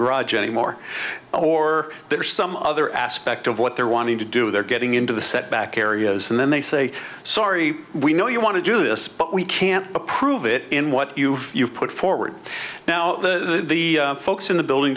garage anymore or there's some other aspect of what they're wanting to do they're getting into the setback areas and then they say sorry we know you want to do this but we can't approve it in what you put forward now the folks in the building